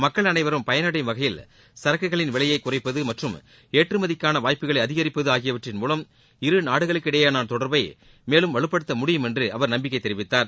மக்கள் அனைவரும் பயனடையும் வகையில் சரக்குகளின் விலையை குறைப்பது மற்றும் ஏற்றுமதிக்கான வாய்ப்புகளை அதிகரிப்பது ஆகியவற்றின் மூலம் இருநாடுகளிடையேயான தொடர்பை மேலும் வலுப்படுத்த முடியும் என்று அவர் நம்பிக்கை தெரிவித்தார்